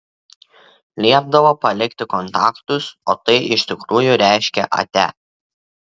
liepdavo palikti kontaktus o tai iš tikrųjų reiškė atia